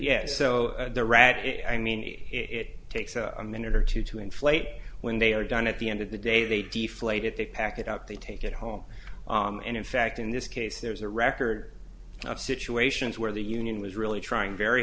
so the rat i mean it takes a minute or two to inflate when they are done at the end of the day they d flayed it they pack it up they take it home and in fact in this case there's a record of situations where the union was really trying very